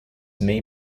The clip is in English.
may